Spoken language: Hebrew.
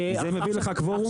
זה מביא לך קוורום?